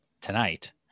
tonight